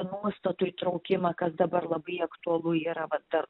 nuostatų įtraukimą kas dabar labai aktualu yra va ta